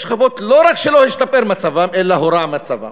יש שכבות שלא רק שלא השתפר מצבן אלא הורע מצבן.